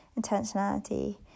intentionality